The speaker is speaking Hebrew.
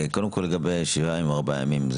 קודם כל, לגבי שבעה ימים או ארבעה ימים,